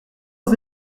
aux